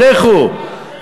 לכו,